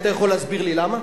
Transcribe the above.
אתה יכול להסביר לי למה?